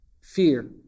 fear